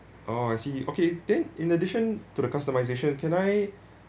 orh I see okay then in addition to the customization can I